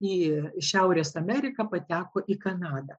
į šiaurės ameriką pateko į kanadą